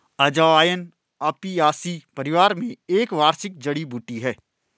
अजवाइन अपियासी परिवार में एक वार्षिक जड़ी बूटी है